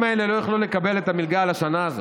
החיילים האלה לא יוכלו לקבל את המלגה לשנה הזאת.